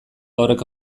horrek